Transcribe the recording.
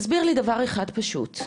תסביר לי דבר אחד פשוט,